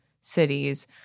cities